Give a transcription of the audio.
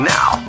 Now